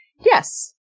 Yes